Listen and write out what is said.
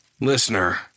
Listener